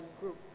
group